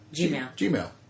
Gmail